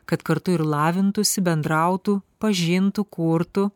kad kartu ir lavintųsi bendrautų pažintų kurtų